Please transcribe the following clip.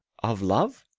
of love?